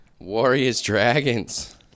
Warriors-Dragons